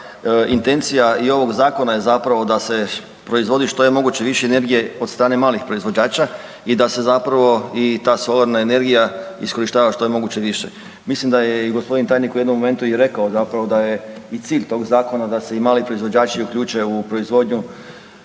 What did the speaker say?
to da intencija i ovog zakona je zapravo da se proizvodi što je moguće više energije od strane malih proizvođača i da se zapravo i ta solarna energija iskorištava što je moguće više. Mislim da je i g. tajnik u jednom momentu i rekao zapravo da je i cilj tog zakona da se i mali proizvođači uključe u proizvodnju